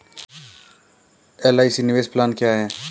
LIC निवेश plan क्या है?